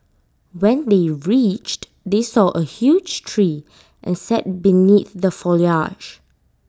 when they reached they saw A huge tree and sat beneath the foliage